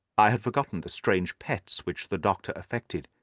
i had forgotten the strange pets which the doctor affected.